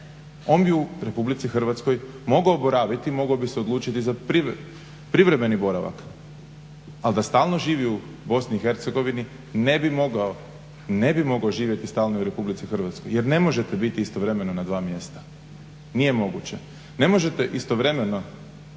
On bi u Republici Hrvatskoj mogao boraviti, mogao bi se odlučiti za privremeni boravak. Ali da stalno živi u Bosni i Hercegovini ne bi mogao živjeti stalno u Republici Hrvatskoj, jer ne možete biti istovremeno na dva mjesta. Nije moguće. Ne možete istovremeno